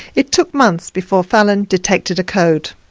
it took months before fallon detected a code.